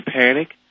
panic